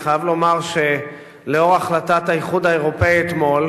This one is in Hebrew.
אני חייב לומר שלאור החלטת האיחוד האירופי אתמול